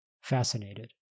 Fascinated